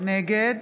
נגד